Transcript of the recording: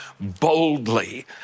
boldly